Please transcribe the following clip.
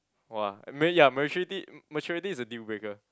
!wah! ma~ ya maturity maturity is a dealbreaker